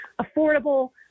affordable